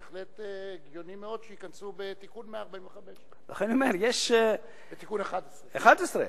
בהחלט הגיוני מאוד שייכנסו בתיקון 145. בתיקון 11,